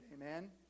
Amen